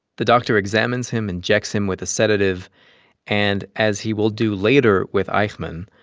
the doctor examines him, injects him with a sedative and, as he will do later with eichmann,